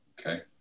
Okay